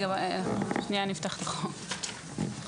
אני אפתח את חוק ההסדרה.